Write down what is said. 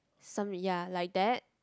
some ya like that